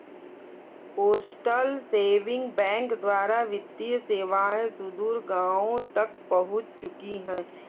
postal saving bank द्वारा वित्तीय सेवाएं सुदूर गाँवों तक पहुंच चुकी हैं